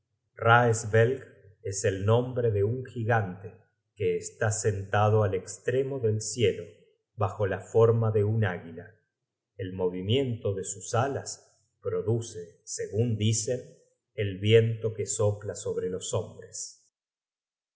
es el nombre de un gigante que está sentado al estremo del cielo bajo la forma de un águila el movimiento de sus alas produce segun dicen el viento que sopla sobre los hombres